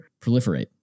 Proliferate